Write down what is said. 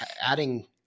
adding